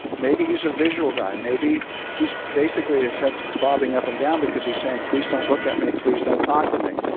maybe he's a visual guy. maybe basically his head's bobbing up and down because he's saying please don't look at me please don't talk to me.